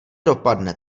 dopadne